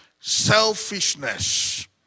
Selfishness